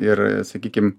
ir sakykim